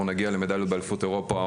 או נגיע למדליות באליפות אירופה,